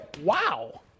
Wow